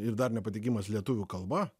ir dar nepateikimas lietuvių kalba